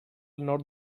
nord